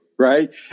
right